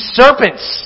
serpents